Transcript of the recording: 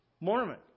Mormon